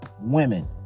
Women